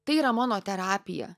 tai yra mano terapija